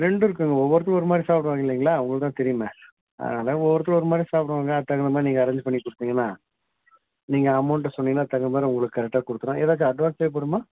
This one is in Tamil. ரெண்டு இருக்குங்க ஒவ்வொரு ஒரு மாதிரி சாப்புடுவா இல்லைங்களா உங்களுக்கு தெரியுமே அ அதனால் ஒவ்வொருத்தரு ஒரு மாதிரி சாப்பிடுவாங்க அதுக்கு தகுந்த மாதிரி நீங்கள் அரேஞ்ச் பண்ணி கொடுத்தீங்கன்னா நீங்கள் அமௌண்டை சொன்னீங்கா தகுந்த மாதிரி உங்களுக்கு கரெக்டா கொடுத்துறம் ஏதாச்சும் அட்வன்ஸ் பே பண்ணனுமா